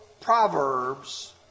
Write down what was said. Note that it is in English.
proverbs